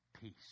Peace